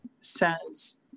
says